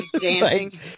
dancing